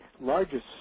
largest